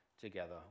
together